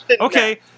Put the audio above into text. Okay